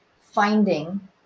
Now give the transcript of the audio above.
finding